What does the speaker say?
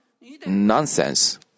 Nonsense